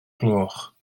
gloch